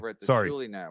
sorry